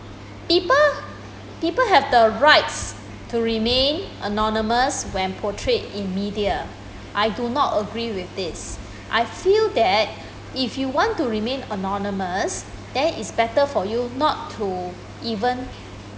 people people have the rights to remain anonymous when portrayed in media I do not agree with this I feel that if you want to remain anonymous then is better for you not to even